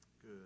Good